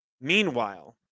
Meanwhile